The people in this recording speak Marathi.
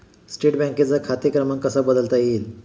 स्टेट बँकेचा खाते क्रमांक कसा बदलता येईल?